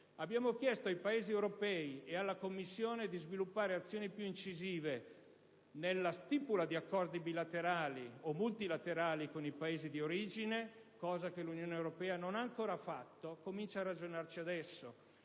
Abbiamo chiesto ai Paesi europei ed alla Commissione di sviluppare azioni più incisive nella stipula di accordi bilaterali o multilaterali con i Paesi di origine, cosa che l'Unione europea non ha ancora fatto, ma comincia a ragionarci adesso.